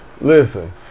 Listen